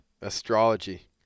Astrology